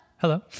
Hello